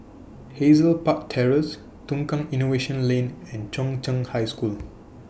Hazel Park Terrace Tukang Innovation Lane and Chung Cheng High School